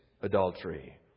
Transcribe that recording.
adultery